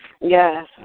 Yes